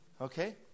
Okay